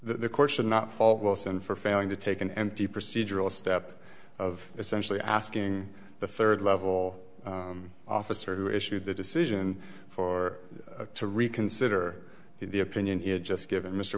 should not fall wilson for failing to take an empty procedural step of essentially asking the third level officer who issued the decision for to reconsider the opinion he had just given mr